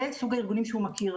זה סוג הארגונים שהוא מכיר.